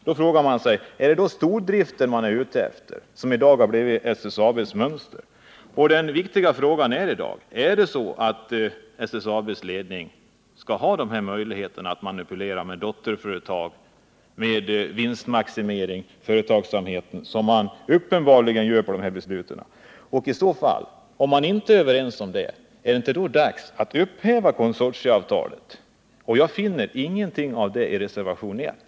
Därför reser sig frågan: Är det stordriften man är ute efter, som i dag har blivit SSAB:s mönster? Den viktiga frågan är i dag: Är det så att SSAB:s ledning skall ha de här möjligheterna att manipulera med dotterföretag, med vinstmaximering, med företagsamhet, som man uppenbarligen gör med de här besluten? Om man inte är överens om detta, är det då inte dags att upphäva konsortieavtalet? Jag finner ingenting av det i reservationen 1.